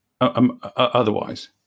otherwise